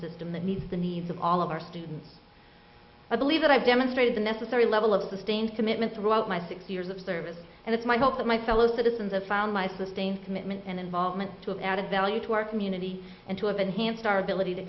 system that needs the needs of all of our students i believe that i've demonstrated the necessary level of sustained commitment throughout my six years of service and it's my hope that my fellow citizens of found my sustained commitment and involvement to add value to our community and to have enhanced our ability to